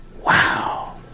Wow